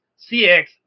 CX